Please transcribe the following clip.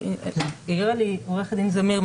העירה לי עורכת דין זמיר,